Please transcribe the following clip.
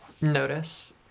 notice